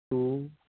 two